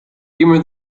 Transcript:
gimme